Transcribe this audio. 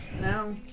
No